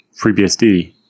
FreeBSD